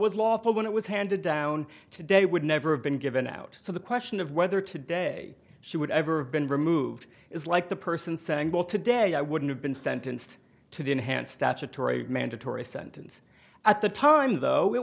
was lawful when it was handed down today would never have been given out so the question of whether today she would ever have been removed is like the person saying well today i wouldn't have been sentenced to the enhanced statutory mandatory sentence at the time though it